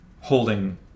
holding